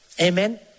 Amen